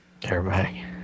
Airbag